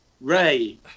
Ray